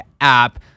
app